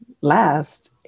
last